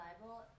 Bible